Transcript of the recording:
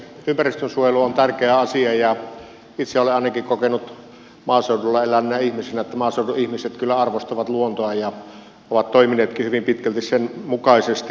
ympäristönsuojelu on tärkeä asia ja itse olen ainakin kokenut maaseudulla eläneenä ihmisenä että maaseudun ihmiset kyllä arvostavat luontoa ja ovat toimineetkin hyvin pitkälti sen mukaisesti